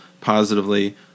positively